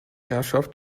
herrschaft